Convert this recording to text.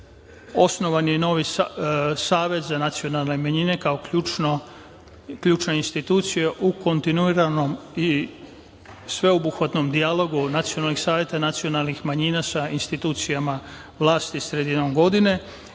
je i novi Savet za nacionalne manjine kao ključna institucija u kontinuiranom i sveobuhvatnom dijalogu nacionalnih saveta nacionalnih manjina sa institucijama vlasti sredinom godine